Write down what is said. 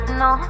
no